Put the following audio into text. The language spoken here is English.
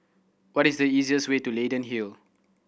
what is the easiest way to Leyden Hill